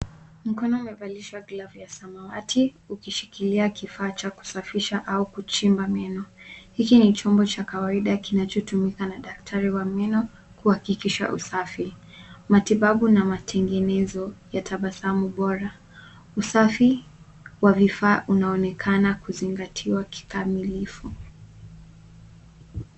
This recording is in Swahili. Mkono umevalishwa glavu ya samawati, ukishikilia kifaa cha kusafisha au kuchimba meno. Hiki ni chombo cha kawaida kinachotumika na daktari wa meno, kuhakikisha usafi. Matibabu na matengenezo ya tabasamu bora. Usafi wa vifaa unaonekana kuzingatiwa kikamilifu.